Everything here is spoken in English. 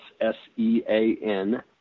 s-e-a-n